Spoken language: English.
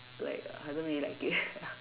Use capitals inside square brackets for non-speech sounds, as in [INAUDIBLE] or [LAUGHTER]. like I don't really like it [LAUGHS]